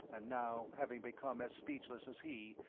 and now having become as speechless as he,